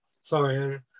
Sorry